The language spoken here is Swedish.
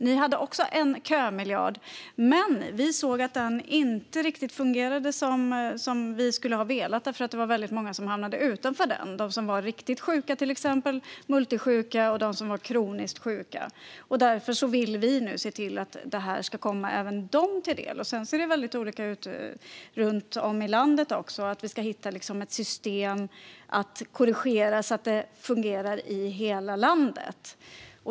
Ni hade också en kömiljard, men vi såg att den inte riktigt fungerade som vi hade velat eftersom det var många som hamnade utanför den - de som var riktigt sjuka, till exempel multisjuka, och de som var kroniskt sjuka. Därför vill vi nu se till att detta ska komma även dem till del. Det ser också olika ut runt om i landet. Vi ska hitta ett system för att korrigera så att det fungerar i hela landet.